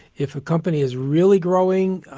if a company is really growing,